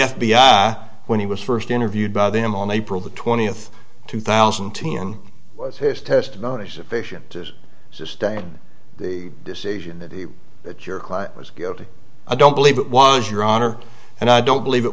i when he was first interviewed by them on april the twentieth two thousand and ten his testimony sufficient to sustain the decision that he that your client was guilty i don't believe it was your honor and i don't believe it